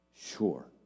Sure